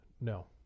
No